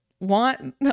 want